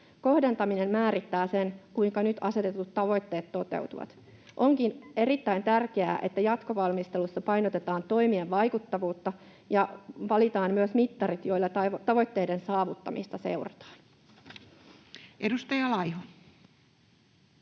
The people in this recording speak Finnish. Kohdentaminen määrittää sen, kuinka nyt asetetut tavoitteet toteutuvat. Onkin erittäin tärkeää, että jatkovalmistelussa painotetaan toimien vaikuttavuutta ja valitaan myös mittarit, joilla tavoitteiden saavuttamista seurataan. [Speech